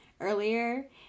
earlier